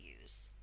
use